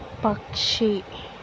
పక్షి